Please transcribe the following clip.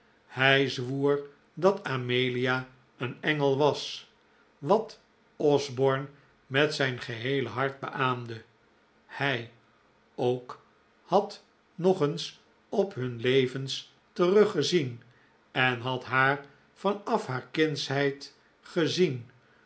hij zwoer dat amelia een engel was wat osborne met zijn geheele hart beaamde hij ook had nog eens op hun levens teruggezien en had haar van af haar kindsheid gezien